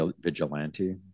vigilante